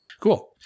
Cool